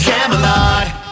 Camelot